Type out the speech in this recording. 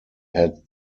had